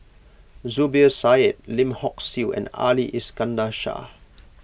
Zubir Said Lim Hock Siew and Ali Iskandar Shah